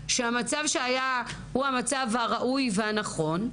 שהמצב שהיה הוא המצב הראוי והנכון,